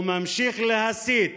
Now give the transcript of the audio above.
וממשיך להסית